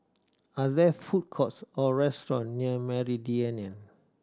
are there food courts or restaurants near Meridian